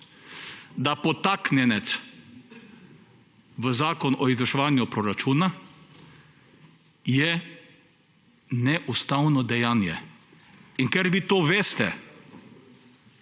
je podtaknjenec v zakon o izvrševanju proračuna neustavno dejanje. In ker vi to veste,